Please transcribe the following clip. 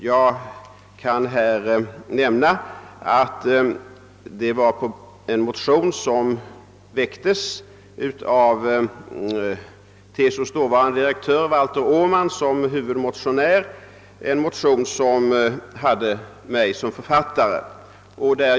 Jag kan nämna att det skedde på grundval av en motion med TCO:s dåvarande di rektör Valter Åman som huvudmotionär, en motion som jag hade författat.